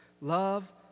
Love